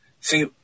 see